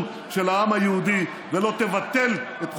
של העם היהודי ולא תבטל את חוק-יסוד: